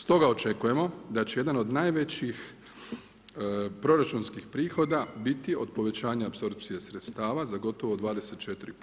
Stoga očekujemo, da će jedan od najvećih proračunskih prihoda biti od povećanja apsorpcije sredstava za gotovo 24%